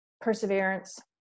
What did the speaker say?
Perseverance